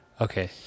Okay